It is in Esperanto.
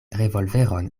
revolveron